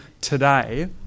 today